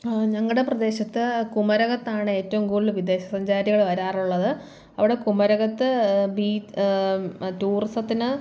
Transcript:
ഞങ്ങളുടെ പ്രദേശത്ത് കുമരകത്താണ് ഏറ്റവും കൂടുതൽ വിദേശ സഞ്ചാരികൾ വരാറുള്ളത് അവിടെ കുമരകത്ത് ബീ ടൂറിസത്തിന്